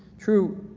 true,